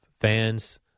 fans